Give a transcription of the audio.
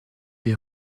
des